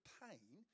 pain